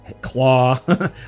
claw